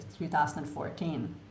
2014